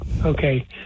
Okay